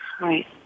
Right